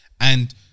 And-